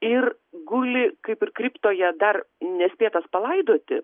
ir guli kaip ir kriptoje dar nespėtas palaidoti